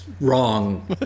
Wrong